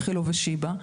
איכילוב ושיבא.